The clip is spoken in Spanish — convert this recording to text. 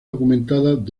documentadas